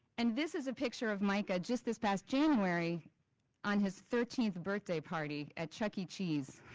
and this is a picture of mica just this past january on his thirteenth birthday party at chuck e cheese,